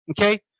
Okay